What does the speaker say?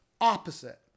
opposite